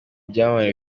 byamamare